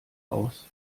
aus